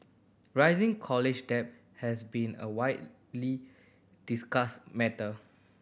rising college debt has been a widely discussed matter